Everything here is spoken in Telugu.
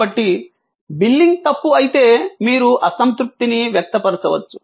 కాబట్టి బిల్లింగ్ తప్పు అయితే మీరు అసంతృప్తిని వ్యక్తపరచవచ్చు